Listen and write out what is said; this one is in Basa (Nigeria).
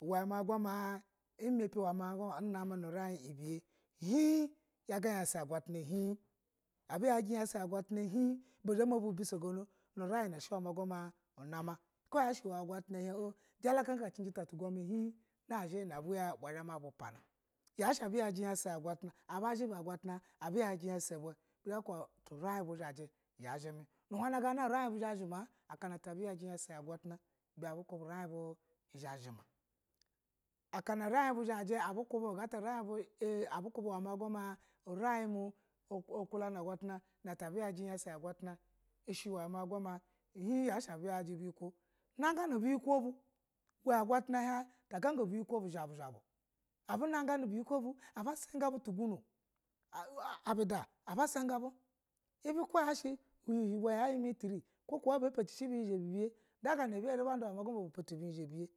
Uwa ma gba ma umampi una nomi nu urin ubiye hin yaga yase ya gwata ha hin abu yaji yasa ya gwatana hin ibe zha mabu bisogono nu urin na shi ma na ma ko yashi uwe ya gwata na hin oh jala kaka cici ta tu goma hin nazhi na buya uba zha ma bu pana yashi abu yaji yese ya agwatana aba zhiba agwatana aba zhiba bu bu zha ba kuba tu ua bu zhaji ya zhimi gana urin bu zhaya zhu ma sai ta abu yaji yese ya agulatana ibe abu kubi urin bu zha yazhi ma nu huun kana nore abu ku be urin bu a abu kubi nlu gata a urin u u kulani agwatana na ta abu yaji yasa ya agulana na ta bu yaji buyi ko na gona biyi ko bu zha bu, zha bu a bunagani buyikulo bu abasa gabu tuguno a basaga bu abida aba saga bu even binhizha bi bye da ganana ma buyiko bu na poto bi hinzha bibyi